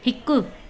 हिकु